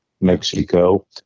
mexico